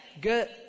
good